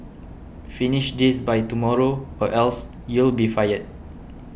finish this by tomorrow or else you'll be fired